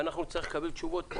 ואנחנו נצטרך לקבל תשובות פה,